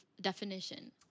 definition